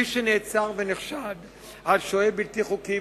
מי שנעצר ונחשד כשוהה בלתי חוקי,